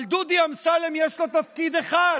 אבל לדודי אמסלם יש תפקיד אחד.